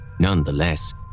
Nonetheless